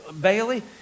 Bailey